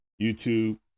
YouTube